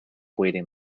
waiting